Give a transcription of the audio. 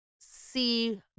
see